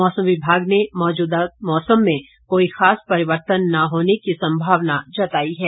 मौसम विभाग ने मौजूदा मौसम में कोई खास परिवर्तन न होने की सम्भावना जताई है